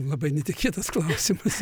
labai netikėtas klausimas